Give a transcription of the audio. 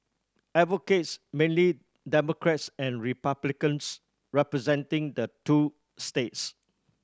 advocates mainly Democrats and Republicans representing the two states